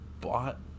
bought